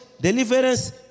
deliverance